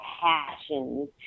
passion